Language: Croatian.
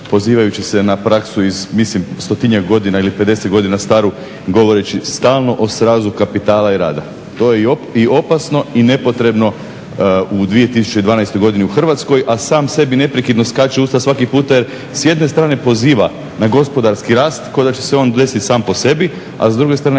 pozivajući se na praksu iz mislim 100-njak godina ili 50 godina staru govoreći stalno o srazu kapitala i rada. To je i opasno i nepotrebno u 2012. godini u Hrvatskoj, a sam sebi neprekidno skače u usta svaki puta jer s jedne strane poziva na gospodarski rast kao da će se on desiti sam po sebi, a s druge strane